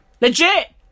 Legit